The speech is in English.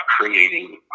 creating